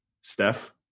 Steph